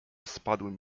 spadłym